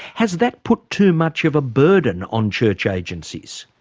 has that put too much of a burden on church agencies?